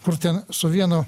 kur ten su vienu